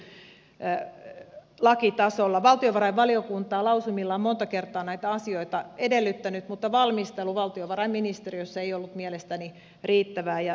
valtiovarainvaliokunta on lausumillaan monta kertaa näitä asioita edellyttänyt mutta valmistelu valtiovarainministeriössä ei ollut mielestäni riittävää